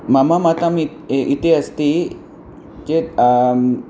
मम मतमिति इति अस्ति चेत् आम्